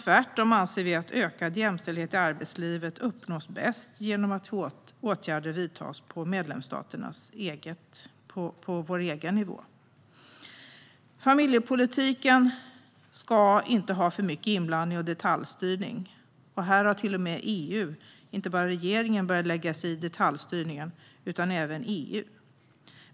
Tvärtom anser vi att ökad jämställdhet i arbetslivet bäst uppnås genom att åtgärder vidtas på vår egen nivå. Familjepolitiken ska inte ha för mycket inblandning och detaljstyrning. Här har till och med EU, inte bara regeringen, börjat lägga sig i detaljstyrningen.